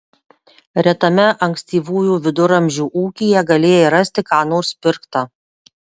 retame ankstyvųjų viduramžių ūkyje galėjai rasti ką nors pirkta